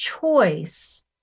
choice